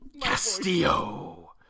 Castillo